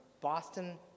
Boston